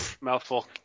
Mouthful